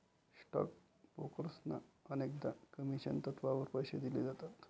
stock ब्रोकर्सना अनेकदा commission तत्त्वावर पैसे दिले जातात